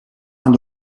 aan